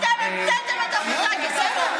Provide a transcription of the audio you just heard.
אתם המצאתם את הגזענות,